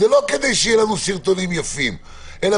זה לא כדי שיהיו לנו סרטונים יפים אלא